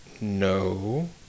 no